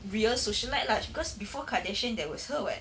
real socialite lah because before kardashian there was her [what]